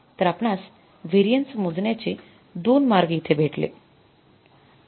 तर आपणास व्हेरिएन्स मोजण्याचे २ मार्ग इथे भेटले